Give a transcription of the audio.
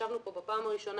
אז ישבנו כאן בפעם הראשונה.